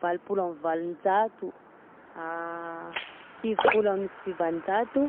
valopolo amby valonjato, sivifolo amby sivinjato.